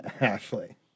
Ashley